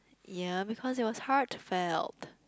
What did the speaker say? ya because it was heartfelt